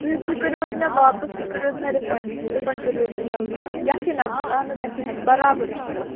تُہۍ تُہۍ کٔرِو حظ مےٚ واپَس تُہۍ کٔرِو حظ مےٚ رِفنٛڈ رِفنٛڈ کٔرِو حظ مےٚ جَلدی یَتھٕے نَمبرَس اہن حظ یَتھٕے نَمبرَس بَرابَر رِفنٛڈ